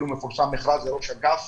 הקרובים אפילו מפורסם מכרז לתפקיד ראש האגף.